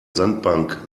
sandbank